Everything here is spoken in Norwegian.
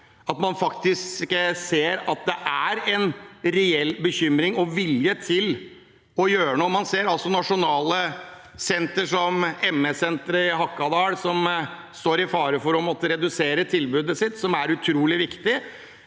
faktisk ser at det er en reell bekymring, og har vilje til å gjøre noe. Man ser altså at nasjonale senter som MS-Senteret i Hakadal står i fare for å måtte redusere tilbudet sitt, som er utrolig viktig,